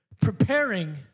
preparing